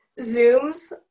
zooms